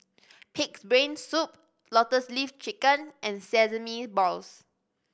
Pig's Brain Soup Lotus Leaf Chicken and sesame balls